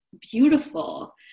beautiful